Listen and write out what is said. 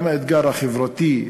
גם האתגר החברתי,